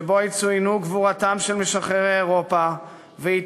שבו תצוין גבורתם של משחררי אירופה והיא